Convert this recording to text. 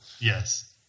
Yes